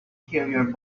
carrier